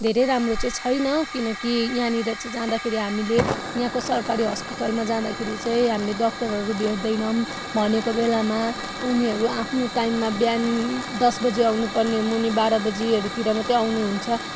धेरै राम्रो चाहिँ छैन किनकि यहाँनिर चाहिँ जाँदाखेरि हामीले यहाँको सरकारी हस्पिटलमा जाँदाखेरि चाहिँ हामीले डक्टरहरू भेट्दैनौँ भनेको बेलामा उनीहरू आफ्नो टाइममा बिहान दस बजे आउनुपर्ने मुनि बाह्र बजेहरूतिर मात्रै आउनुहुन्छ